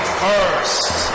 first